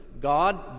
God